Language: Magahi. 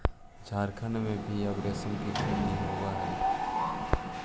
झारखण्ड में भी अब रेशम के खेती होवऽ हइ